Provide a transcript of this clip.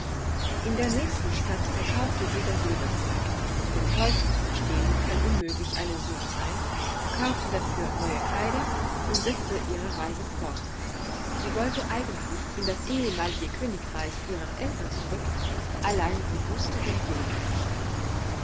in der nächsten stadt verkaufte sie das silberzeug den teufel zu bestehlen kann unmöglich eine sünde sein kaufte dafür neue kleider und setzte ihre reise fort sie wollte eigentlich in das ehemalige königreich ihrer eltern zurück allein sie wußte den weg nicht